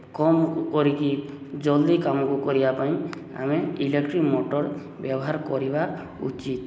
କମ୍ କରିକି ଜଲ୍ଦି କାମକୁ କରିବା ପାଇଁ ଆମେ ଇଲେକ୍ଟ୍ରିକ୍ ମଟର୍ ବ୍ୟବହାର କରିବା ଉଚିତ୍